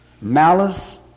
Malice